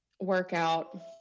Workout